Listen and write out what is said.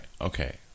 okay